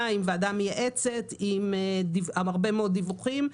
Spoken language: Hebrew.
עם ועדה מייעצת ועם הרבה מאוד דיווחים,